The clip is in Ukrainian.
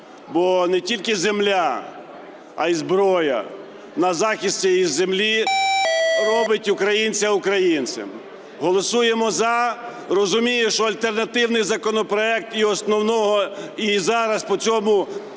бо не тільки земля, а і зброя на захист цієї землі робить українця українцем. Голосуємо "за". Розумію, що альтернативний законопроект і основного… і зараз по цьому